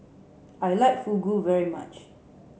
I like Fugu very much